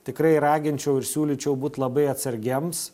tikrai raginčiau ir siūlyčiau būt labai atsargiems